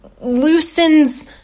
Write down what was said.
loosens